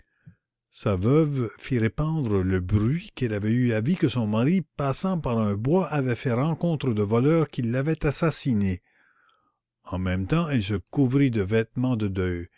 sa veuve fit répandre le bruit qu'elle avait eu avis que son mari passant par un bois avait fait rencontre de voleurs qui l'avaient assassiné en même tems elle se couvrit de vêtemens de deuil